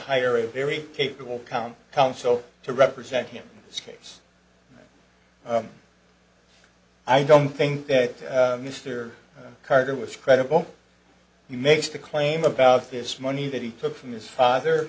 hire a very capable con counsel to represent him this case i don't think that mr carter was credible makes the claim about this money that he took from his father